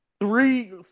three